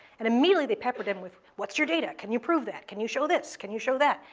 and immediately, they peppered him with, what's your data? can you prove that? can you show this? can you show that?